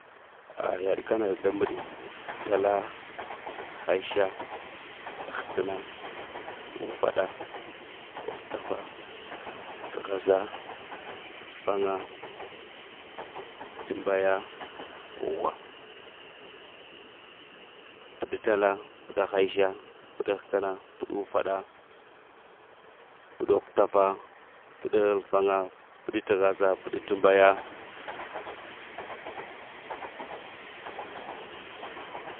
A yaɗ kana da məɗi. Talla, həɓsh, həkna, ufaɗa hutafa, təghasa alfaŋa, tmbaya hwaŋ. Pəɗ-tala, pəɗ-həɓsha, pəɗ-həkna, paɗ-ufaɗa, pəɗ-hutafa, pəɗ-alfaŋa, pəɗ-tghasa, pəɗ-tmbaya